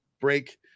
break